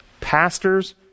pastors